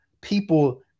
people